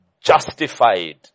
justified